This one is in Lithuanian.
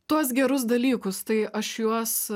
tuos gerus dalykus tai aš juos